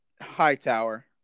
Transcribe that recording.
Hightower